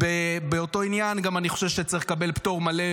באותו עניין, אני חושב שצריך לקבל גם פטור מלא